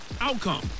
outcome